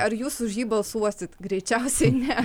ar jūs už jį balsuosit greičiausiai ne